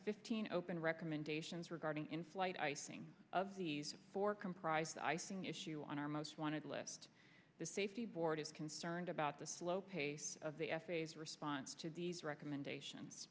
fifteen open recommendations regarding in flight icing of these four comprise icing issue on our most wanted list the safety board is concerned about the slow pace of the essays response to these recommendations